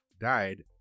died